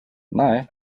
nej